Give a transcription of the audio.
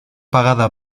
pagada